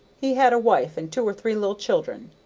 he had a wife and two or three little children,